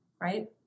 right